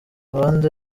abandi